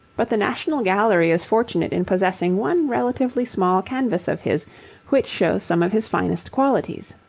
but the national gallery is fortunate in possessing one relatively small canvas of his which shows some of his finest qualities.